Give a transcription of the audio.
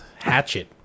Hatchet